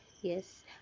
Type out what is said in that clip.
Yes